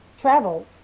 travels